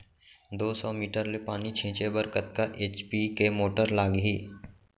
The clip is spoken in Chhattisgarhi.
दो सौ मीटर ले पानी छिंचे बर कतका एच.पी के मोटर लागही?